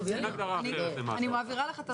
אין הגדרה אחרת למה --- זה לא נכון,